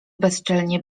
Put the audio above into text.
bezczelnie